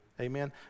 Amen